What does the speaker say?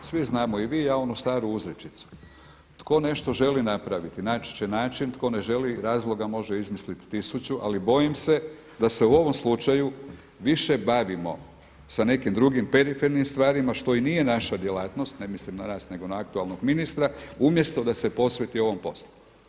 Svi znamo i vi i ja onu staru uzrečicu, tko nešto želi napraviti naći će način, tko ne želi razloga može izmisliti tisuću, ali bojim se da se u ovom slučaju više bavimo sa nekim drugim perifernim stvarima što i nije naša djelatnost, ne mislim na nas nego na aktualnog ministra, umjesto da se posveti ovom poslu.